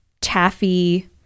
taffy